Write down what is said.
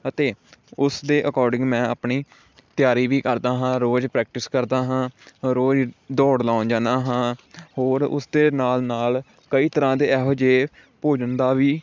ਅਤੇ ਉਸਦੇ ਅਕੋਰਡਿੰਗ ਮੈਂ ਆਪਣੀ ਤਿਆਰੀ ਵੀ ਕਰਦਾ ਹਾਂ ਰੋਜ਼ ਪਰੈਕਟਿਸ ਕਰਦਾ ਹਾਂ ਰੋਜ਼ ਦੌੜ ਲਾਉਣ ਜਾਂਦਾ ਹਾਂ ਹੋਰ ਉਸ ਦੇ ਨਾਲ ਨਾਲ ਕਈ ਤਰ੍ਹਾਂ ਦੇ ਇਹੋ ਜਿਹੇ ਭੋਜਨ ਦਾ ਵੀ